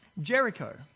Jericho